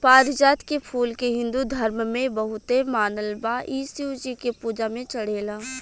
पारिजात के फूल के हिंदू धर्म में बहुते मानल बा इ शिव जी के पूजा में चढ़ेला